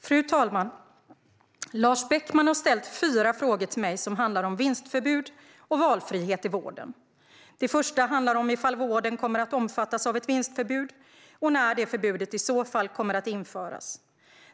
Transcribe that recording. Fru talman! Lars Beckman har ställt fyra frågor till mig som handlar om vinstförbud och valfrihet i vården. Den första frågan handlar om ifall vården kommer att omfattas av ett vinstförbud och när det förbudet i så fall kommer att införas.